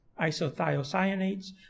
isothiocyanates